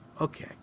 okay